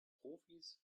profis